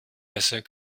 besser